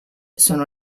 sono